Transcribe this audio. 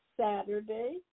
Saturday